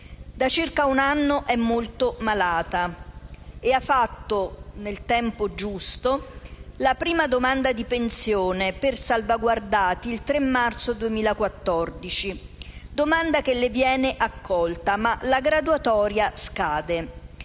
Da circa un anno è molto malata e ha fatto, nel tempo giusto, la prima domanda di pensione per lavoratori "salvaguardati" (il 3 marzo 2014). La domanda viene accolta, ma la graduatoria scade.